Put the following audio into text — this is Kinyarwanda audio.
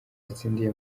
atsindiye